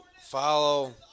follow